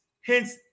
Hence